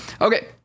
Okay